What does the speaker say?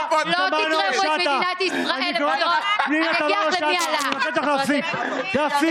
הגעתי עכשיו בבוקר לוועדה המסדרת וראיתי איך יושב-ראש